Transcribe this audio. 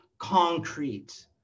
Concrete